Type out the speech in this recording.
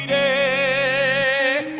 a